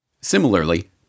Similarly